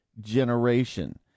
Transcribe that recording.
generation